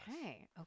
Okay